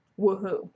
woohoo